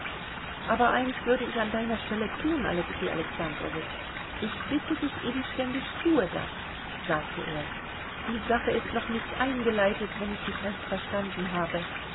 aber eins würde ich an deiner stelle tun alexei alexandrowitsch ich bitte dich inständig tue das sagte er die sache ist noch nicht eingeleitet wenn ich dich recht verstanden habe